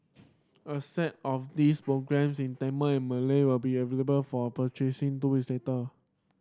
a set of these programmes in Tamil and Malay will be available for purchasing two weeks later